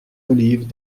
olives